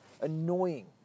annoying